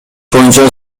боюнча